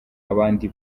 abandi